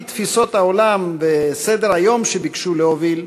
תפיסות העולם וסדר-היום שביקשו להוביל,